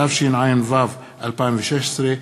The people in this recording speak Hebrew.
התשע"ו 2016,